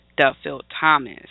Duffield-Thomas